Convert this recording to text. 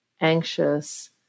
anxious